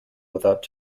without